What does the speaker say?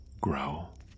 growl